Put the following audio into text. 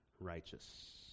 righteous